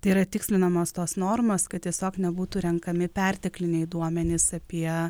tai yra tikslinamos tos normos kad tiesiog nebūtų renkami pertekliniai duomenys apie